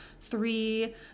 three